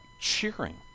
cheering